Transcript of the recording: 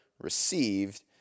received